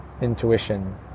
intuition